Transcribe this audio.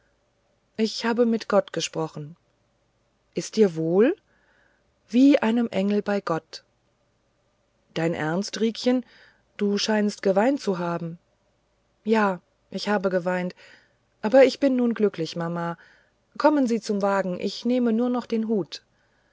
ich habe mit gott gesprochen ist dir wohl wie einem engel bei gott dein ernst riekchen du scheinst geweint zu haben ja ich habe geweint aber ich bin nun glücklich mama kommen sie zum wagen ich nehme nur noch den hut